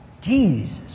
Jesus